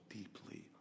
deeply